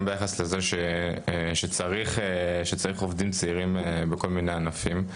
גם ביחס לזה שצריך הרבה עובדים צעירים בכל מיני ענפים.